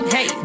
Hey